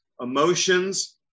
emotions